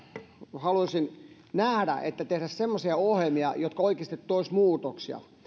haluaisin nähdä että tehtäisiin semmoisia ohjelmia jotka oikeasti toisivat muutoksia